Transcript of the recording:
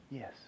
Yes